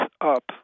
up